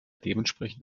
dementsprechend